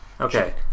Okay